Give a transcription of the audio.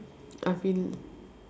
I feel